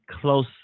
close